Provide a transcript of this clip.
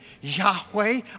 Yahweh